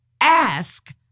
ask